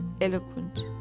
eloquent